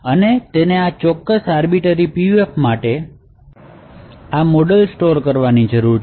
અને તેને આ ચોક્કસ આર્બિટર PUF માટે આ મોડેલ સ્ટોર કરવાની જરૂર છે